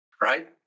right